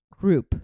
group